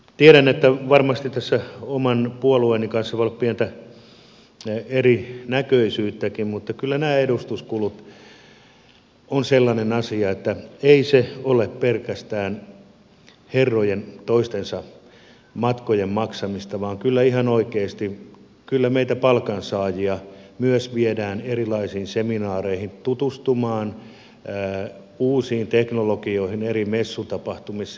tiedän että varmasti tässä oman puolueeni kanssa voi olla pientä erinäköisyyttäkin mutta kyllä nämä edustuskulut ovat sellainen asia että ei se ole pelkästään herrojen toistensa matkojen maksamista vaan kyllä ihan oikeasti meitä palkansaajia myös viedään erilaisiin seminaareihin ja tutustumaan uusiin teknologioihin eri messutapahtumissa